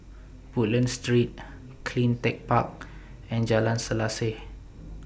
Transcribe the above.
Woodlands Street CleanTech Park and Jalan Selaseh